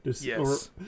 Yes